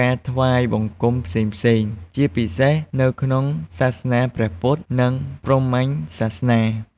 ការថ្វាយបង្គំផ្សេងៗ ជាពិសេសនៅក្នុងសាសនាព្រះពុទ្ធ និងព្រហ្មញ្ញសាសនា។